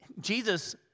Jesus